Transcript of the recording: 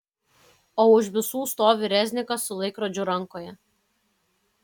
o už visų stovi reznikas su laikrodžiu rankoje